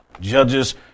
Judges